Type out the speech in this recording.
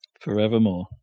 Forevermore